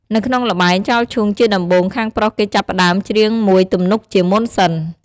នៅក្នុងល្បែង ចោលឈូង ជាដំបូង ខាងប្រុសគេចាប់ផ្ដើមច្រៀងមួយទំនុកជាមុនសិន។